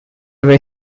away